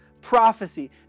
prophecy